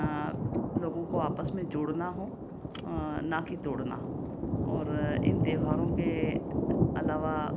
लोगों को आपसा में जोड़ना हो न कि तोड़ना और इन त्योहारों के अलावा